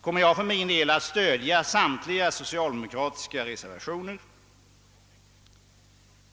kommer jag för min del att stödja samtliga socialdemokratiska reservationer.